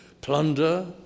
plunder